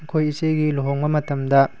ꯑꯩꯈꯣꯏ ꯏꯆꯦꯒꯤ ꯂꯨꯍꯣꯡꯕ ꯃꯇꯝꯗ